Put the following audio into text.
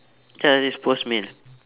try this post meal